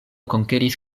konkeris